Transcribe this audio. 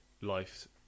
life